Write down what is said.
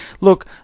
look